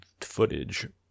footage